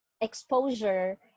Exposure